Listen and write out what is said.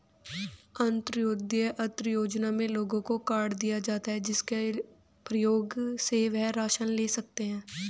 अंत्योदय अन्न योजना में लोगों को कार्ड दिए जाता है, जिसके प्रयोग से वह राशन ले सकते है